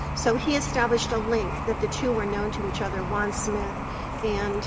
so he established a link that the two are known to each other, juan smith and